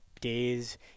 days